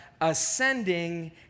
ascending